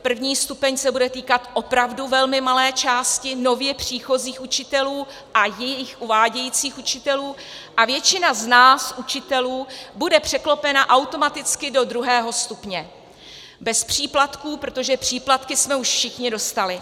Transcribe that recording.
První stupeň se bude týkat opravdu velmi malé části nově příchozích učitelů a jejich uvádějících učitelů a většina z nás učitelů bude překlopena automaticky do druhého stupně bez příplatků, protože příplatky jsme už všichni dostali.